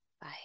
Bye